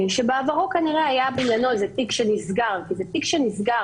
שבעברו כנראה היה בעניינו איזה תיק שנסגר כי זה תיק שנסגר,